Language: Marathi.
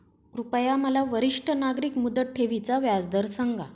कृपया मला वरिष्ठ नागरिक मुदत ठेवी चा व्याजदर सांगा